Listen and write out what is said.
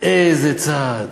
איזה צעד.